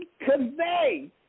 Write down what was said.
convey